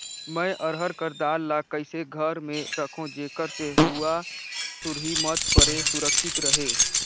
मैं अरहर कर दाल ला कइसे घर मे रखों जेकर से हुंआ सुरही मत परे सुरक्षित रहे?